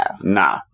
Nah